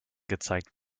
gezeigt